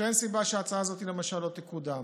אין סיבה שההצעה הזאת, למשל, לא תקודם.